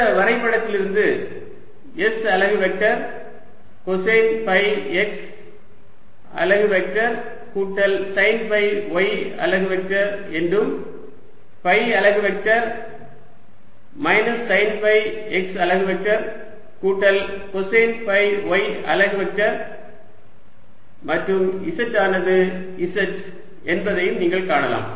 இந்த வரைபடத்திலிருந்து s அலகு வெக்டர் கொசைன் ஃபை x அலகு வெக்டர் கூட்டல் சைன் ஃபை y அலகு வெக்டர் என்றும் ஃபை அலகு vector minus sine phi x அலகு வெக்டர் கூட்டல் கொசைன் ஃபை y அலகு வெக்டர் மற்றும் z ஆனது z என்பதையும் நீங்கள் காணலாம்